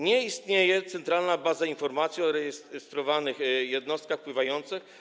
Nie istnieje centralna baza informacji o rejestrowanych jednostkach pływających.